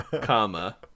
comma